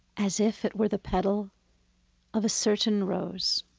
as if it were the petal of a certain rose.